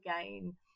again